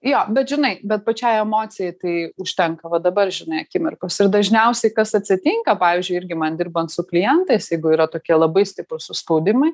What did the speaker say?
jo bet žinai bet pačiai emocijai tai užtenka va dabar žinai akimirkos ir dažniausiai kas atsitinka pavyzdžiui irgi man dirbant su klientais jeigu yra tokie labai stiprūs užspaudimai